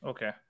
Okay